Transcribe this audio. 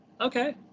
okay